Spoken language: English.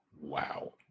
Wow